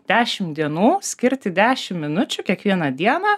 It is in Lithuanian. dešim dienų skirti dešim minučių kiekvieną dieną